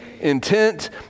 intent